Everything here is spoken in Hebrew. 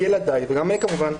ילדיי וגם אני כמובן,